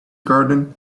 garden